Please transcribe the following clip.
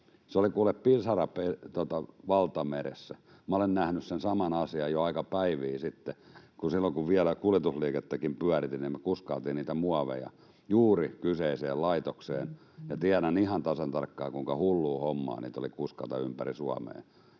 kuule, pisara valtameressä. Minä olen nähnyt sen saman asian jo aikapäiviä sitten. Silloin kun vielä kuljetusliikettäkin pyöritin, niin me kuskailtiin niitä muoveja juuri kyseiseen laitokseen, ja tiedän ihan tasan tarkkaan, kuinka hullua hommaa niitä oli kuskata ympäri Suomea.